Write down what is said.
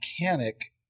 mechanic